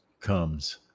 comes